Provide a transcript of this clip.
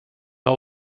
har